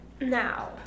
Now